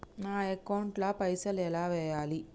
నా అకౌంట్ ల పైసల్ ఎలా వేయాలి?